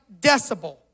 decibel